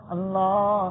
Allah